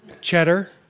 Cheddar